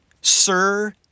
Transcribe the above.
Sir